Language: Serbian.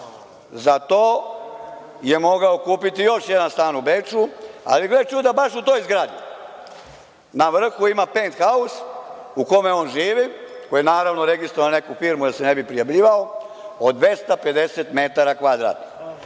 to je mogao kupiti još jedan stan u Beču, ali gle čuda, baš u toj zgradi na vrhu ima pent haus u kome on živi, koji je naravno registrovan na neku firmu da se ne bi prijavljivao, od 250 metara kvadratnih. To